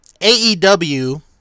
AEW